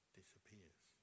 disappears